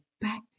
back